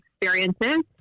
experiences